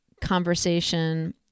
conversation